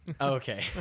Okay